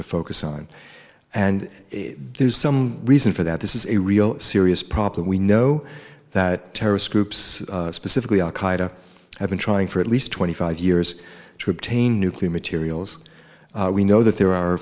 to focus on and there's some reason for that this is a real serious problem we know that terrorist groups specifically al qaeda have been trying for at least twenty five years to obtain nuclear materials we know that there are